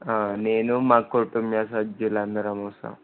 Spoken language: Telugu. నేను మా కుటుంబ సభ్యులు అందరం వస్తాము